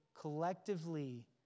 collectively